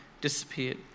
disappeared